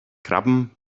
krabben